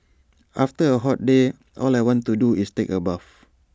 after A hot day all I want to do is take A bath